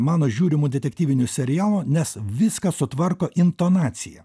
mano žiūrimų detektyvinių serialų nes viską sutvarko intonacija